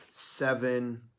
Seven